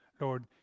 Lord